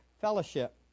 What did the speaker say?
fellowship